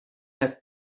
have